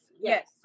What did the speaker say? yes